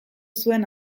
zuen